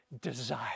desire